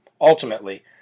ultimately